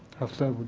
hafsa,